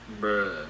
Bro